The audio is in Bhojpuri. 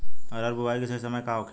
अरहर बुआई के सही समय का होखे?